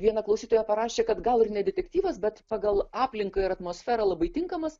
viena klausytoja parašė kad gal ir ne detektyvas bet pagal aplinką ir atmosferą labai tinkamas